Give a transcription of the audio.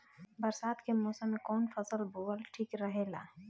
बरसात के मौसम में कउन फसल बोअल ठिक रहेला?